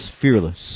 fearless